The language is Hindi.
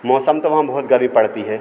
मौसम तो वहाँ बहुत गर्मी पड़ती है